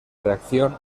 reacción